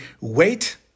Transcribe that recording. wait